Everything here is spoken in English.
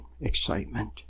excitement